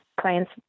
clients